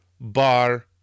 Bar